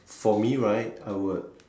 for me right I would